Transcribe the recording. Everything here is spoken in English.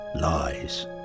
lies